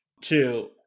two